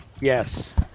Yes